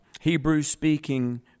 Hebrew-speaking